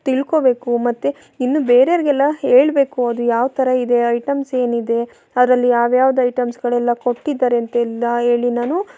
ತಿಳ್ಕೊಳ್ಬೇಕು ಮತ್ತೆ ಇನ್ನು ಬೇರೆಯವ್ರಿಗೆಲ್ಲ ಹೇಳಬೇಕು ಅದು ಯಾವ ಥರ ಇದೆ ಐಟಮ್ಸ್ ಏನಿದೆ ಅದರಲ್ಲಿ ಯಾವ್ಯಾವ್ದು ಐಟಮ್ಸ್ಗಳೆಲ್ಲ ಕೊಟ್ಟಿದ್ದರೆ ಅಂತೆಲ್ಲ ಹೇಳಿ ನಾನು